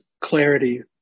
clarity